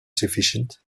sufficient